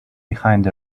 behind